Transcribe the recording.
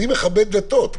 אני מכבד דתות,